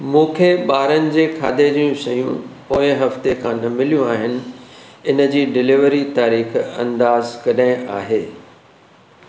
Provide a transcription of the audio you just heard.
मुंखे ॿारनि जे खाधे जूं शयूं पोएं हफ़्ते खां न मिलियूं आहिनि हिन जी डिलीवरी तारीख़ अंदाज़ कॾहिं आहे